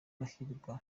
arahirwa